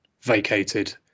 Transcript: vacated